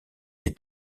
des